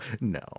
no